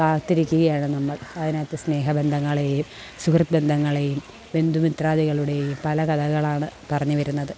കാത്തിരിയ്ക്കയാണ് നമ്മൾ അതിനകത്തെ സ്നേഹ ബന്ധങ്ങളെയും സുഹൃത്ത് ബന്ധങ്ങളെയും ബന്ധുമിത്രാദികളുടേ പല കഥകളാണ് പറഞ്ഞ് വരുന്നത്